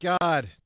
God